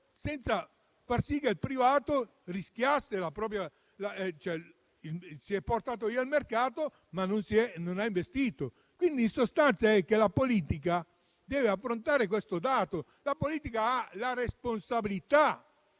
senza far sì che il privato rischiasse; si è portato via il mercato, ma non ha investito. In sostanza la politica deve affrontare questo dato. Chi governa ha la responsabilità